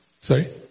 Sorry